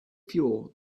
fuel